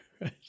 Right